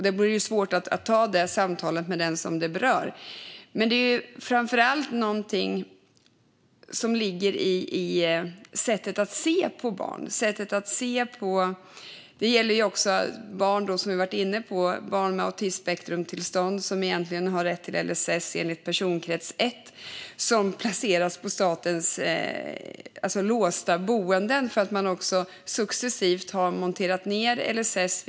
Det vore bra att ha ett samtal med den det berör. Framför allt handlar det här om sättet att se på barn. Det gäller även barn med autismspektrumtillstånd som egentligen har rätt till LSS enligt personkrets 1. De placeras på statens låsta boenden eftersom man successivt har monterat ned LSS.